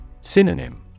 Synonym